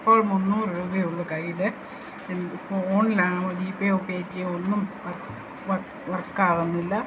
ഇപ്പോൾ മുന്നൂറു രൂപയേ ഉള്ളു കയ്യില് ഫോണിലാണേ ജി പേയോ പേ റ്റിയോ ഒന്നും വർക് വർക് വർക്കാവുന്നില്ല